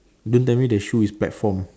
don't tell me the shoe is platform